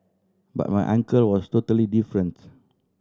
but my uncle was totally different